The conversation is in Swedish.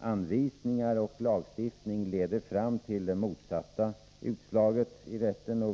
anvisningar och lagstiftning leder fram till det motsatta utslaget i rätten.